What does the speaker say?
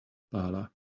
pala